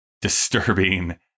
disturbing